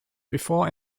before